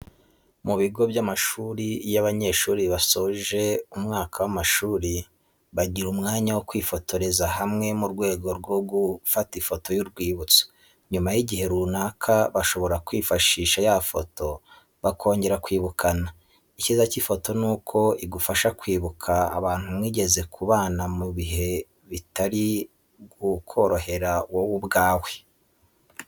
Mu bigo by'amashuri iyo abanyeshuri basoje umwaka w'amashuri bagira umwanya wo kwifotoreza hamwe mu rwego rwo kugra ifoto y'urwibutso. Nyuma y'igihe runaka bashobora kwifashisha ya foto bakongera kwibukana. Icyiza cy'ifoto nuko igufasha kwibuka abantu mwigeze kubana mu gihe bitari kukorohera wowe ubwawe.